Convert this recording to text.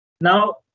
Now